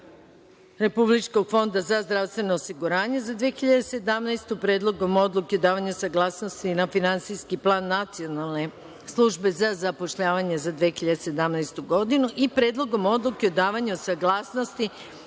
Republičkog fonda za zdravstveno osiguranje za 2017. godinu, Predlogom odluke o davanju saglasnosti na Finansijski plan Nacionalne službe za zapošljavanje za 2017. godinu i Predlogom odluke o davanju saglasnosti